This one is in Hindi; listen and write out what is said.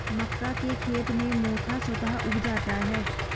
मक्का के खेत में मोथा स्वतः उग जाता है